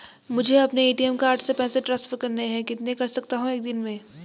मुझे अपने ATM card से पैसे ट्रांसफर करने हैं कितने कर सकता हूँ एक दिन में?